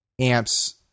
amps